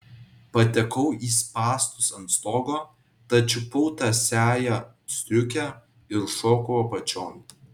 patekau į spąstus ant stogo tad čiupau tąsiąją striukę ir šokau apačion